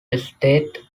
estate